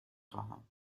خواهم